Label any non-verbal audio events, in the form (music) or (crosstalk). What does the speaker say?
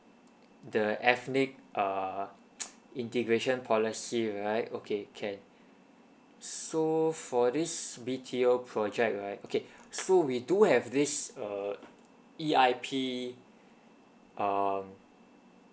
the ethnic err (noise) integration policy right okay can so for this B_T_O project right okay so we do have this err E_I_P um